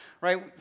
right